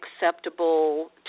acceptable